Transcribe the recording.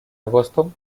agosto